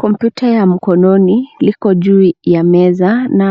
Kompyuta ya mkononi liko juu ya meza na